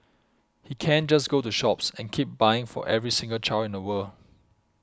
he can't just go to shops and keep buying for every single child in the world